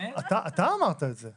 אתה אמרת את זה.